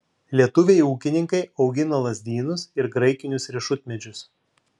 lietuviai ūkininkai augina lazdynus ir graikinius riešutmedžius